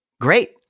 Great